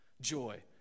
joy